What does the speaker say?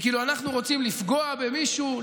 וכאילו אנחנו רוצים לפגוע במישהו,